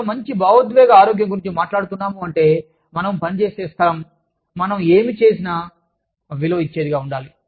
మనము మంచి భావోద్వేగ ఆరోగ్యం గురించి మాట్లాడుతున్నాము అంటే మనము పని చేసే స్థలం మనం ఏమి చేసినా విలువ ఇచ్చేది గా ఉండాలి